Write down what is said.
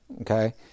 okay